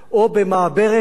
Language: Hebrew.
או במעברת